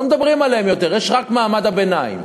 לא מדברים עליהם יותר, יש רק מעמד הביניים.